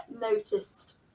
noticed